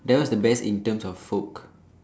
that was best in terms of folk